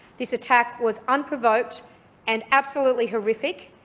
this attack was unprovoked and absolutely horrific,